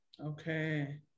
Okay